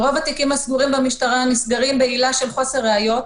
ורוב התיקים הסגורים במשטרה נסגרים בעילה של חוסר ראיות,